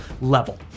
level